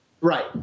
Right